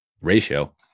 ratio